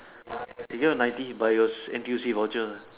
they gave ninety but it was N_T_U_C voucher lah